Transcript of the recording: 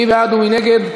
מי בעד ומי נגד?